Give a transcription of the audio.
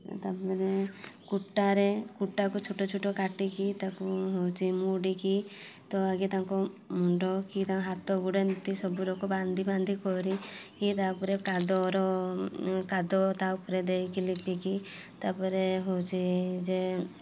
ତାପରେ କୁଟାରେ କୁଟାକୁ ଛୋଟ ଛୋଟ କାଟିକି ତାକୁ ହଉଛି ମୁଡ଼ିକି ତ ଆଗେ ତାଙ୍କୁ ମୁଣ୍ଡ କି ତାଙ୍କ ହାତ ଗୋଡ଼ ଏମତି ସବୁରକ ବାନ୍ଧି ବାନ୍ଧି କରି ତାପରେ କାଦର କାଦୁଅ ତା ଉପରେ ଦେଇକି ଲିପିକି ତାପରେ ହଉଛି ଯେ